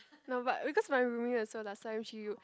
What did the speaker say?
no but because my roomie also last time she